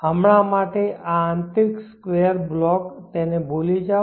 હમણાં માટે આ આંતરિક સ્કવેર બ્લોક તેને ભૂલી જાઓ